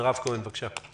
מירב כהן, בבקשה.